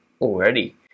already